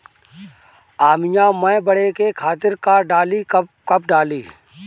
आमिया मैं बढ़े के खातिर का डाली कब कब डाली?